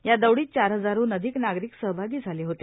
या दौडीत चार हजाराहन अधिक ना रिक सहभा ी झाले होते